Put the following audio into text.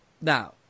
now